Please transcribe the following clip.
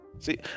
See